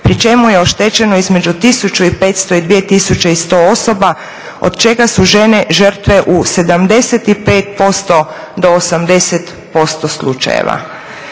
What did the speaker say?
pri čemu je oštećeno između 1500 i 2100 osoba od čega su žene žrtve u 75% do 80% slučajeva.